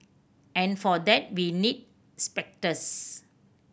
and for that we need specters